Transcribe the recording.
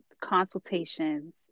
consultations